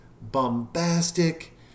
bombastic